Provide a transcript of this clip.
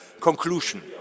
Conclusion